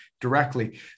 directly